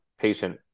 patient